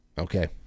Okay